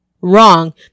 Wrong